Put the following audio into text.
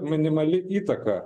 minimali įtaka